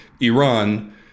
Iran